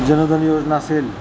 जनधन योजना असेल